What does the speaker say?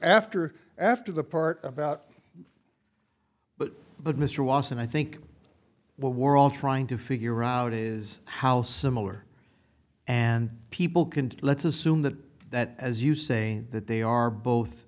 after after the part about but but mr lawson i think what we're all trying to figure out is how similar and people can let's assume that that as you saying that they are both